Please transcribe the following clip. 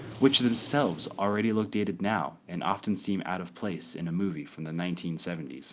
which themselves already look dated now, and often seem out of place in a movie from the nineteen seventy s.